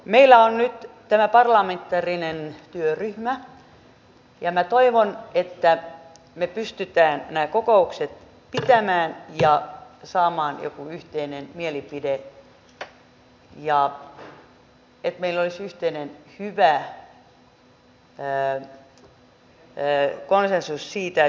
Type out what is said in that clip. meillä on nyt tämä parlamentaarinen työryhmä ja minä toivon että me pystymme nämä kokoukset pitämään ja saamaan jonkun yhteisen mielipiteen että meillä olisi yhteinen hyvä konsensus siitä että me pystymme tosiaan sopimaan näistä asioista